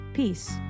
Peace